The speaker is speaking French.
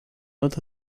notes